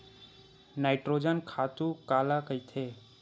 Nitrogen खातु काला कहिथे?